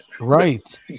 Right